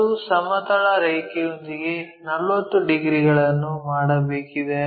ಅದು ಸಮತಲ ರೇಖೆಯೊಂದಿಗೆ 40 ಡಿಗ್ರಿಗಳನ್ನು ಮಾಡಬೇಕಿದೆ